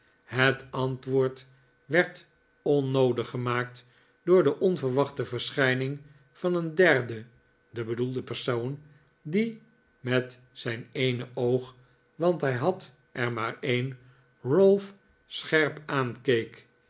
het antwoord werd onnoodig gemaakt door de onverwachte verschijning van een derden den bedoelden persoon die met zijn eene oog want hij had er maar een ralph scherp aankeek